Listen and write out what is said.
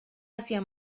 hacia